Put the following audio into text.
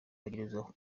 bagirizwa